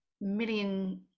million